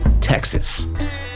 Texas